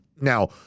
Now